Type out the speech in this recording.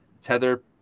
tether